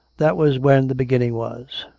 that was when the beginning was.